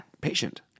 patient